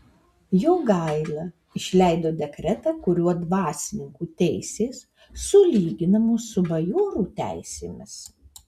jogaila išleido dekretą kuriuo dvasininkų teisės sulyginamos su bajorų teisėmis